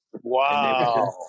Wow